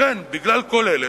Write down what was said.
לכן, בגלל כל אלה,